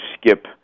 skip